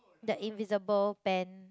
that invisible pen